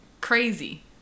crazy